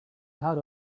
had